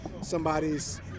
somebody's